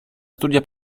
studia